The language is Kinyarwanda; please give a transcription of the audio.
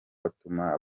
atuma